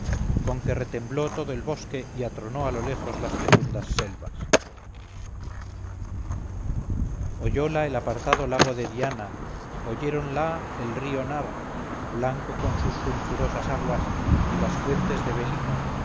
con que retembló todo el monte y atronó a lo lejos las profundas selvas oyola el apartado lago de diana oyéronla el río nar blanco con sus sulfurosas aguas y las fuentes de velino